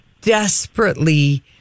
desperately